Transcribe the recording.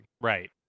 Right